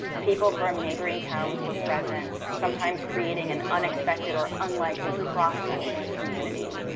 people from neighboring towns were present, sometimes creating an unexpected or unlikely cross-section of community.